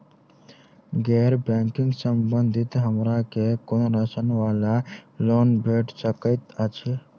गैर बैंकिंग संबंधित हमरा केँ कुन ऋण वा लोन भेट सकैत अछि?